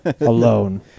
alone